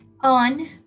on